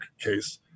case